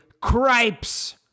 CRIPES